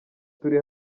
turi